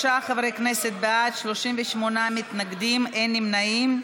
43 חברי כנסת בעד, 38 מתנגדים, אין נמנעים.